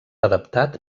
adaptat